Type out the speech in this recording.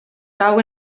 cau